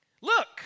Look